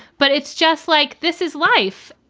but it's just like this is life.